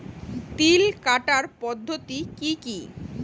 তিল কাটার পদ্ধতি কি কি?